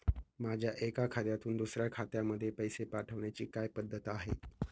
माझ्या एका खात्यातून दुसऱ्या खात्यामध्ये पैसे पाठवण्याची काय पद्धत आहे?